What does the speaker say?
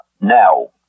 now